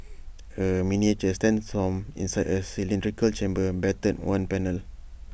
A miniature sandstorm inside A cylindrical chamber battered one panel